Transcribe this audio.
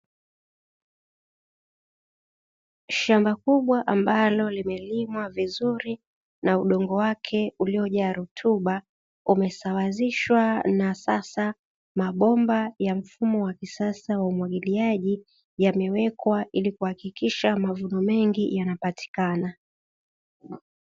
Shamba kubwa ambalo limelimwa vizuri na udongo wake uliojaa rutuba umesawazishwa na sasa mabomba ya mfumo wa kisasa wa umwagiliaji yamewekwa ili kuhakikisha mavuno mengi yanapatikana.